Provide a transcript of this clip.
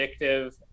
addictive